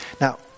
Now